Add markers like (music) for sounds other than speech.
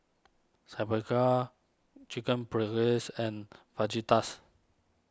(unintelligible) Chicken Paprikas and Fajitas